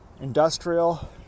industrial